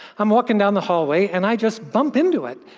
i'm walking down the hallway and i just bump into it.